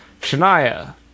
Shania